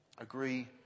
agree